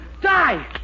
Die